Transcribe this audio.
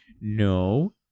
No